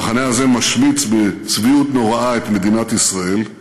המחנה הזה משמיץ בצביעות נוראה את מדינת ישראל,